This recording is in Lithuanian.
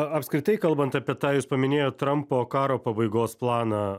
apskritai kalbant apie tą jūs paminėjot trumpo karo pabaigos planą